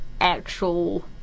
actual